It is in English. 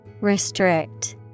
Restrict